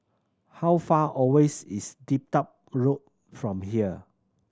how far away is Dedap Road from here